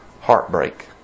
Heartbreak